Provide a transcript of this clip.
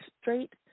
straight